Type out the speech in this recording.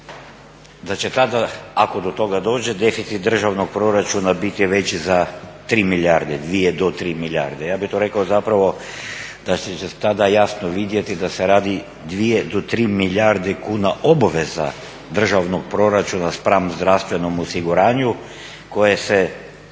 da će tada, ako do toga dođe, deficit državnog proračuna biti veći za 3 milijarde, 2 do 3 milijarde. Ja bih to rekao zapravo da će se tada jasno vidjeti da se radi o 2 do 3 milijarde kuna obaveza državnog proračuna spram zdravstvenog osiguranja koje se